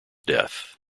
death